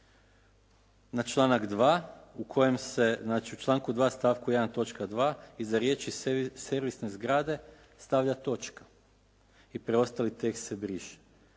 na članak 2. u kojem se, znači u članku 2. stavku 1. točka 2. iza riječi "servisne zgrade" stavlja točka i preostali tekst se briše.